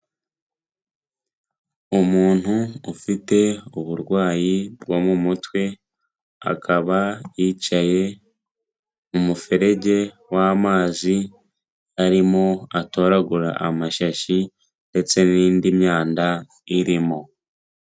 Umuntu ufite uburwayi bwo mu mutwe, akaba yicaye mu muferege w'amazi arimo atoragura amashashi ndetse n'indi myanda irimo.